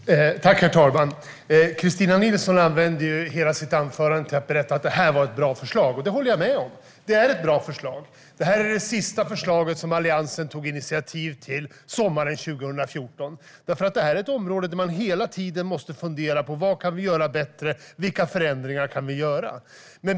Herr talman! Kristina Nilsson använde hela sitt anförande till att berätta att det här är ett bra förslag. Det håller jag med om - det är ett bra förslag. Det var det sista förslaget som Alliansen tog initiativ till, sommaren 2014, eftersom det här är ett område där vi hela tiden måste fundera på vad vi kan göra bättre och vilka förändringar vi kan göra.